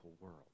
world